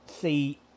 see